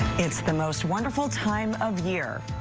it's the most wonderful time of year.